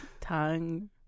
Tongue